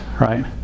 right